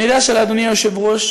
אני יודע שלאדוני היושב-ראש